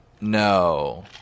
No